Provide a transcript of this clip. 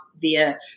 via